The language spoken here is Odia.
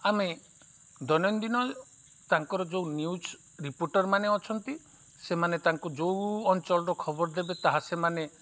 ଆମେ ଦୈନନ୍ଦିନ ତାଙ୍କର ଯେଉଁ ନ୍ୟୁଜ୍ ରିପୋର୍ଟର୍ମାନେ ଅଛନ୍ତି ସେମାନେ ତାଙ୍କୁ ଯେଉଁ ଅଞ୍ଚଳର ଖବର ଦେବେ ତାହା ସେମାନେ